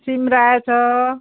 सिमरायो छ